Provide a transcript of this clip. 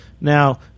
Now